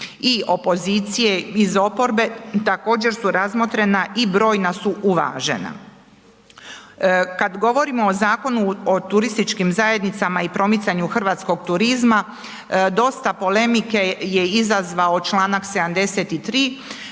iz pozicije, iz oporbe, također su razmotrena i brojna su uvažena. Kad govorimo o Zakonu o turističkim zajednicama i promicanju hrvatskog turizma, dosta polemike je izazvao članak 73.